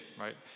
right